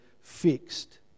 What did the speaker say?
fixed